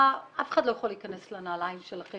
אף אחד לא יכול להיכנס לנעליים שלכם